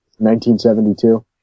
1972